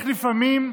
לפעמים,